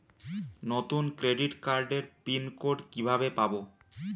নতুন ক্রেডিট কার্ডের pin code কিভাবে পাব?